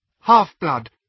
Half-blood